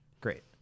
Great